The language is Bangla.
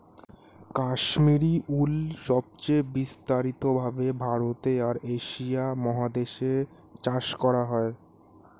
কাশ্মীরি উল সবচেয়ে বিস্তারিত ভাবে ভারতে আর এশিয়া মহাদেশে চাষ করা হয়